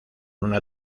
una